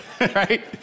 right